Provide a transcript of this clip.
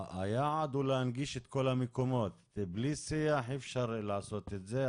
היעד הוא להנגיש את כל המקומות ובלי שיח אי אפשר לעשות את זה.